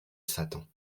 satan